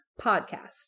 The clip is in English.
Podcast